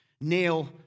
nail